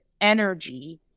energy